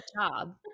job